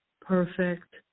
perfect